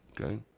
okay